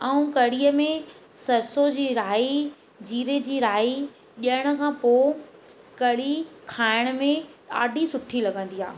ऐं कढ़ीअ में सरसो जी राई जीरे जी राई ॾेअण खां पोइ कढ़ी खाइण में ॾाढी सुठी लॻंदी आहे